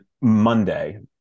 Monday